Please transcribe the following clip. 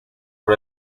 por